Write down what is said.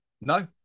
No